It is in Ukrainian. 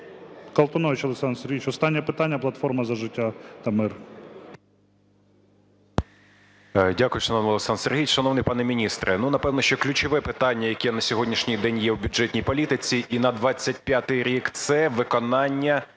Колтунович Олександр Сергійович, останнє питання, "Платформа за життя та мир".